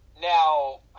now